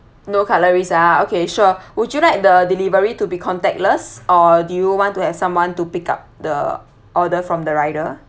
no cutleries ah okay sure would you like the delivery to be contactless or do you want to have someone to pick up the order from the rider